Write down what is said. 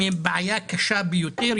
מבעיה קשה ביותר,